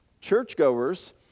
churchgoers